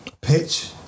pitch